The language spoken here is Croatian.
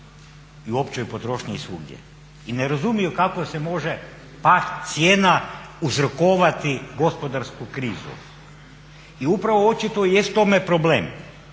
i u općoj potrošnji i svugdje i ne razumiju kako se može pad cijena uzrokovati gospodarsku krizu i upravo očito jest tome problem